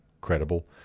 credible